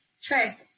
trick